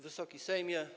Wysoki Sejmie!